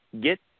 Get